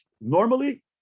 normally